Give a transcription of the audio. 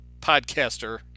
podcaster